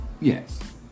yes